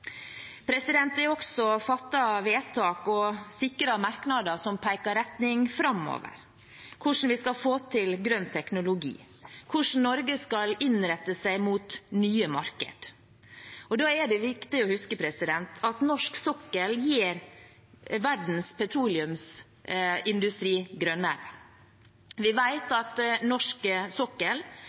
Det er også fattet vedtak og sikret merknader som peker i retning framover – om hvordan vi skal sikre grønn teknologi, og hvordan Norge skal innrette seg mot nye markeder. Da er det viktig å huske at norsk sokkel gjør verdens petroleumsindustri grønnere. Vi vet at norsk sokkel